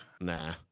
Nah